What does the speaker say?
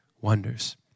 wonders